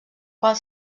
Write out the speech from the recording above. qual